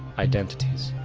identities.